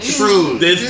true